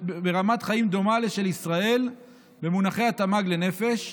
ברמת חיים דומה לשל ישראל במונחי התמ"ג לנפש.